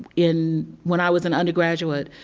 in when i was an undergraduate,